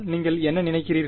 நீங்கள் என்ன நினைக்கறீர்கள்